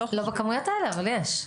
לא בכמויות האלה, אבל יש.